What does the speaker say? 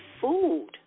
food